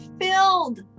filled